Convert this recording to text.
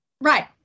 Right